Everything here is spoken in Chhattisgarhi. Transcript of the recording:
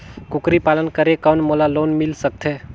कूकरी पालन करे कौन मोला लोन मिल सकथे?